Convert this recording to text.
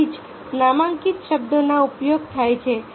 તેથી જ નામાંકિત શબ્દનો ઉપયોગ થાય છે